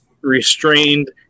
restrained